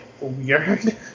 weird